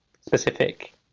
specific